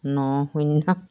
ন শূন্য